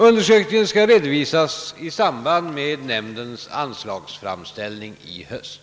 Undersökningen skall redovisas i samband med nämndens anslagsframställning i höst.